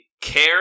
care